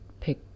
pick